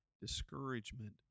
discouragement